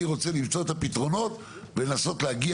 אני רוצה למצוא את הפתרונות ולנסות להגיע